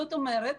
זאת אומרת,